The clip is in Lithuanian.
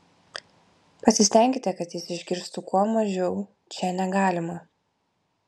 pasistenkite kad jis išgirstų kuo mažiau čia negalima